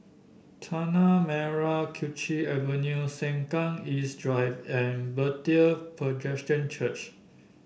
Tanah Merah Kechil Avenue Sengkang East Drive and Bethel Presbyterian Church